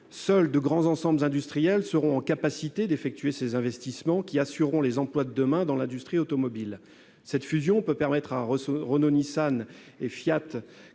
Seuls de grands ensembles industriels seront en capacité d'effectuer les investissements qui assureront les emplois de demain dans l'industrie automobile. Cette fusion peut permettre à Renault-Nissan et à